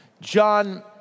John